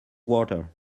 water